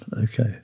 Okay